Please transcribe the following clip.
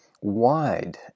wide